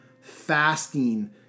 fasting